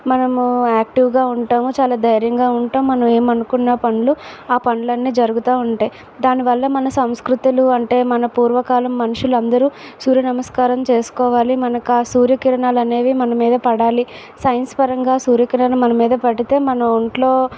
మనము యాక్టివ్గా ఉంటాం చాలా ధైర్యంగా ఉంటాం మనం ఏమనుకున్నా పనులు ఆ పనులన్నీ జరుగుతు ఉంటాయి దానివల్ల మన సంస్కృతులు అంటే మన పూర్వకాలం మనుషులు అందరు సూర్య నమస్కారం చేసుకోవాలి మనకు ఆ సూర్య కిరణాలు అనేవి మన మీద పడాలి సైన్స్ పరంగా సూర్యకిరణం మన మీద పడితే మన ఒంట్లో